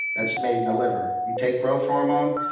that's made in the liver. you take growth hormone,